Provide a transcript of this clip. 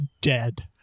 dead